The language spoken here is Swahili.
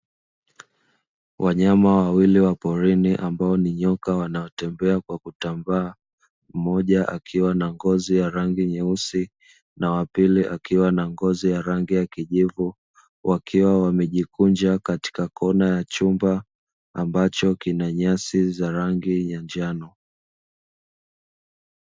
Wanyama wawili wa porini ambao ni nyoka wanaotembea kwa kutambaa mmoja akiwa na ngozi ya rangi nyeusi na wa pili akiwa na ngozi ya rangi ya kijivu, wakiwa wamejikunja katika kona ya chumba ambacho kina nyasi za rangi ya njano.